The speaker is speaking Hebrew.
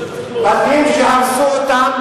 אני חושב שצריך,